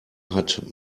hat